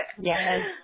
yes